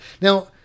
Now